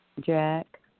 Jack